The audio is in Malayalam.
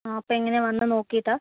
ആഹ് അപ്പോൾ എങ്ങനെയാണ് വന്ന് നോക്കിയിട്ടാണോ